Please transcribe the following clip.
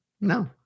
No